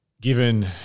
given